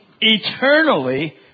eternally